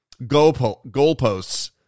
goalposts